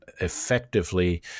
Effectively